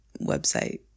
website